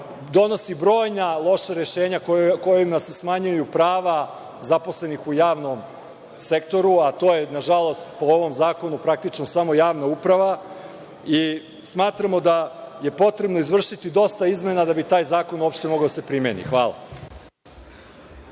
donosi brojna loša rešenja kojima se smanjuju prava zaposlenih u javnom sektoru, a to je nažalost, po ovom zakonu praktično samo javna uprava. Smatramo da je potrebno izvršiti dosta izmena da bi taj zakon uopšte mogao da se primeni. Hvala.